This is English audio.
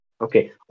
okay